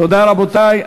תודה, רבותי.